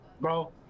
bro